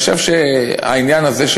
אני חושב שהעניין הזה,